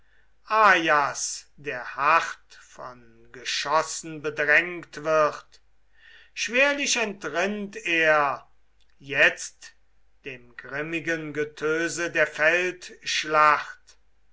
der hart von geschossen bedrängt wird schwerlich entrinnt er so der